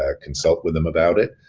ah consult with them about it,